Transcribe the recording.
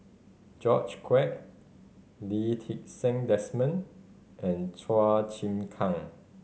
George Quek Lee Ti Seng Desmond and Chua Chim Kang